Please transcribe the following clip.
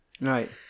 right